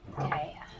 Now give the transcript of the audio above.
Okay